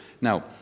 Now